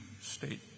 state